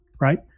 right